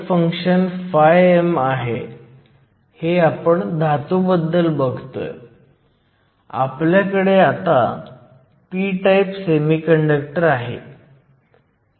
पुन्हा प्रतिस्थापन आणि गणित करण्याच्या बाबतीत म्हणून मी फक्त अंतिम मूल्ये लिहीन